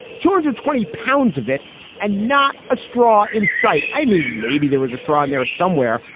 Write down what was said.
giorgia, twenty pounds of it and not a straw in sight. i mean, maybe there was a straw in there somewhere,